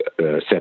set